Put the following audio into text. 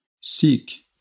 Seek